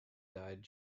died